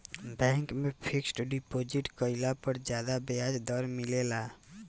bank में fixed deposit कईला पर ज्यादा ब्याज दर मिलेला